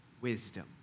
wisdom